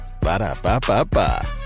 Ba-da-ba-ba-ba